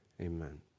Amen